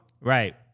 Right